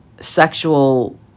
sexual